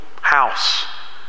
house